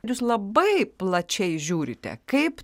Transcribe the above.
ir jūs labai plačiai žiūrite kaip